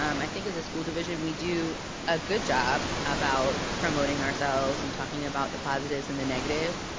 um i think as a school division we do a good job about promoting ourselves and talking about the positives and the negatives,